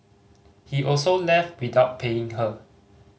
he also left without paying her